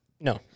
No